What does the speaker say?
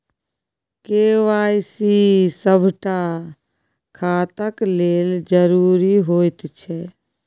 KYC सभटा खाताक लेल जरुरी होइत छै